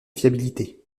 fiabilité